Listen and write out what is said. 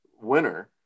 winner